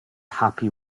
happy